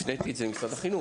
הפניתי את זה למשרד החינוך.